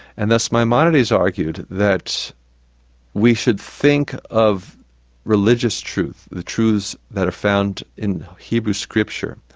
and thus maimonides argued that we should think of religious truth, the truths that are found in hebrew scripture,